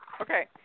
Okay